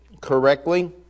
correctly